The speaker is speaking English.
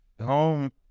home